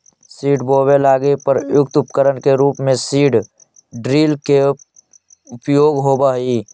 बीज बोवे लगी प्रयुक्त उपकरण के रूप में सीड ड्रिल के उपयोग होवऽ हई